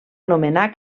nomenar